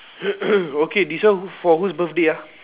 okay this one for whose birthday ah